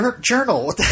journal